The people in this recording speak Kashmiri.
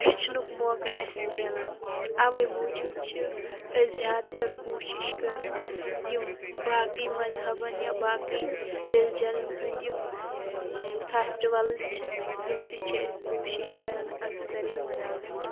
ہیٚچھنُک موقعہٕ اَسہِ میلان اَوَے موٗجوٗب چھِ أسۍ زیادٕ تَر کوٗشِش کران یِم باقٕے مذہبَن یا باقٕے رِلِجَنَن ہٕنٛدۍ یِم فٮ۪سٹٕوَلٕز چھِ یِم تہِ چھِ أسۍ کوٗشِش کران اکثر یِم مناونٕچ